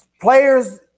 players